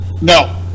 No